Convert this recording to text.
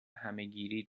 همهگیری